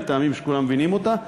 מטעמים שכולם מבינים אותם,